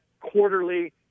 quarterly